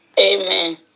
Amen